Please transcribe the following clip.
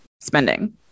spending